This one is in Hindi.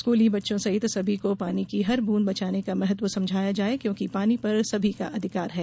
स्कूली बच्चो सहित सभी को पानी की हर बूंद बचाने का महत्व समझाया जाए क्योंकि पानी पर सभी का अधिकार है